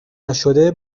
نشده